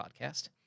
podcast